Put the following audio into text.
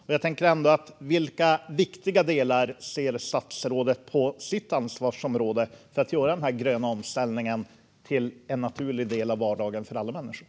Vad ser statsrådet som viktiga delar i sitt ansvarsområde när det gäller att göra den gröna omställningen till en naturlig del av vardagen för alla människor?